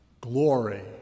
Glory